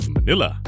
Manila